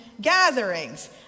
gatherings